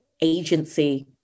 agency